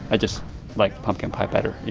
i just like pumpkin pie better, you